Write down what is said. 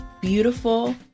beautiful